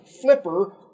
Flipper